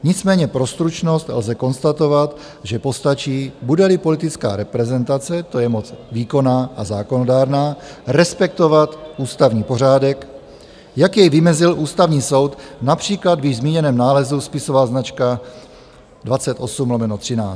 Nicméně pro stručnost lze konstatovat, že postačí, budeli politická reprezentace, to je moc výkonná a zákonodárná, respektovat ústavní pořádek, jak jej vymezil Ústavní soud například v již zmíněném nálezu spisová značka 28/13.